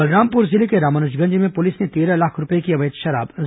बलरामपुर जिले के रामानुजगंज में पुलिस ने तेरह लाख रूपये की अवैध शराब जब्त की है